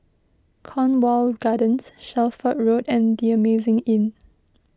Cornwall Gardens Shelford Road and the Amazing Inn